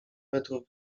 metrów